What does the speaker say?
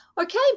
okay